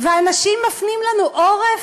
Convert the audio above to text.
ואנשים מפנים לנו עורף,